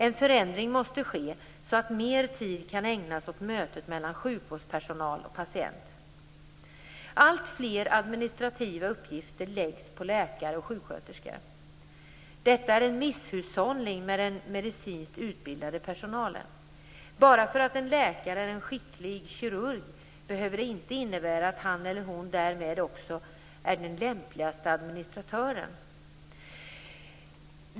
En förändring måste ske så att mer tid kan ägnas åt mötet mellan sjukvårdspersonal och patient. Alltfler administrativa uppgifter läggs på läkare och sjuksköterskor. Detta är en misshushållning med den medicinskt utbildade personalen. Bara för att en läkare är en skicklig kirurg behöver det inte innebära att han eller hon därmed också är den lämpligaste administratören.